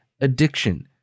addiction